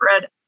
red